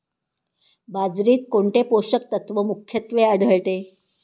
बाजरीत कोणते पोषक तत्व मुख्यत्वे आढळते?